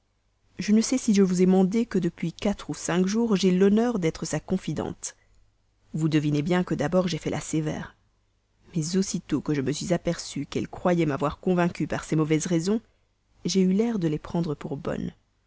je ne sais si je vous ai mandé que depuis quatre ou cinq jours j'ai l'honneur d'être sa confidente vous devinez bien que d'abord j'ai fait la sévère mais aussitôt que je me suis aperçue qu'elle croyait avoir dû me persuader par ses mauvaises raisons j'ai eu l'air de les prendre pour